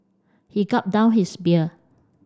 he gulped down his beer